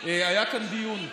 היה כאן דיון.